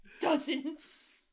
Dozens